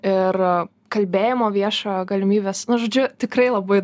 ir kalbėjimo viešojo galimybės nu žodžiu tikrai labai